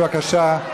בבקשה.